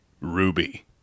Ruby